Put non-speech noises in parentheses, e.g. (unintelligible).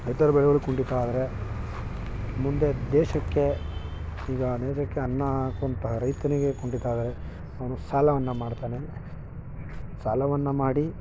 ರೈತರು ಬೆಳೆವ (unintelligible) ಕುಂಠಿತ ಆದರೆ ಮುಂದೆ ದೇಶಕ್ಕೆ ಈಗ (unintelligible) ಅನ್ನ ಹಾಕುವಂಥ ರೈತನಿಗೆ ಕುಂಠಿತ ಆದರೆ ಅವನು ಸಾಲವನ್ನು ಮಾಡ್ತಾನೆ ಸಾಲವನ್ನು ಮಾಡಿ